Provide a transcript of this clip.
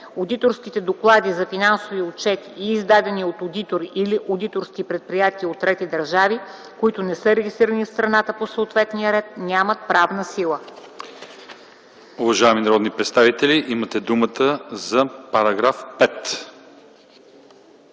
Одиторските доклади за финансови отчети и издадени от одитори или одиторски предприятия от трети държави, които не са регистрирани в страната по съответния ред, нямат правна сила.”